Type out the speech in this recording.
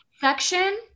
section